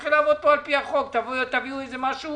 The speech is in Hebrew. נתחיל לעבוד על-פי החוק, תביאו איזה משהו